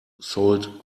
sold